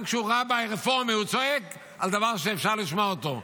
גם כשהוא רביי רפורמי הוא צועק על דבר שאפשר לשמוע אותו.